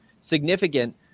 significant